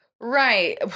Right